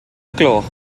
gloch